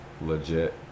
legit